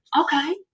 Okay